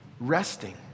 Resting